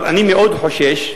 אבל אני מאוד חושש,